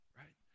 right